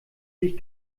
sich